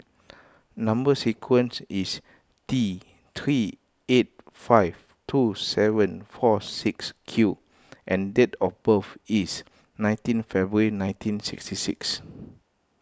Number Sequence is T three eight five two seven four six Q and date of birth is nineteen February nineteen sixty six